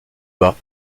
bas